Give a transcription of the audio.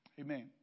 Amen